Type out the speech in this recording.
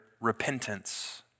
repentance